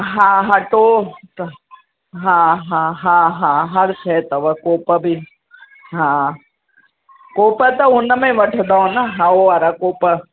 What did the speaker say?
हा हा टोप हा हा हा हा हर शइ अथव कोप बि हा कोप त हुन में वठंदव न हा उहो वारा कोप